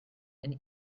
and